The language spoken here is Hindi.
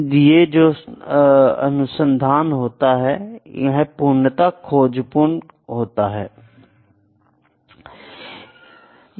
ये जो अनुशंधान होता है यह पूर्णता खोजपूर्ण होता है